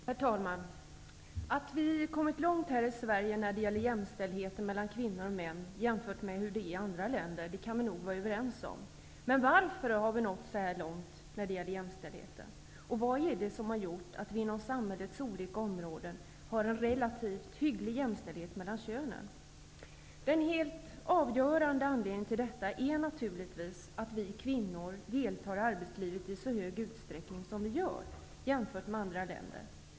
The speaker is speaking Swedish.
Herr talman! Att vi kommit långt här i Sverige när det gäller jämställdheten mellan kvinnor och män jämfört med hur det är i andra länder kan vi nog vara överens om. Men varför har vi nått så långt när det jämställdheten? Vad är det som har gjort att vi inom samhällets olika områden har en hygglig jämställdhet mellan könen? Den helt avgörande anledningen till detta är naturligtvis att vi kvinnor deltar i arbetslivet i så hög utsträckning som vi gör, jämfört med hur det är i andra länder.